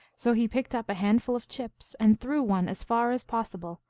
so he picked up a handful of chips, and threw one as far as possible,